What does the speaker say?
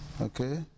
okay